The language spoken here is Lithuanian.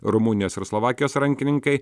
rumunijos ir slovakijos rankininkai